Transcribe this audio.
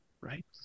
right